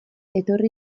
etorri